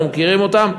אנחנו מכירים אותם,